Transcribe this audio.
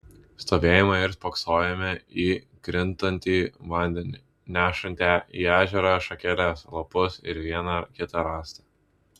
stovėjome ir spoksojome į krintantį vandenį nešantį į ežerą šakeles lapus ir vieną kitą rąstą